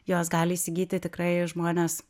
jos gali įsigyti tikrai žmonės